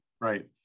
right